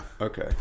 Okay